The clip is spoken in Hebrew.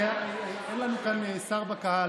אין לנו כאן שר בקהל,